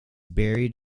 buried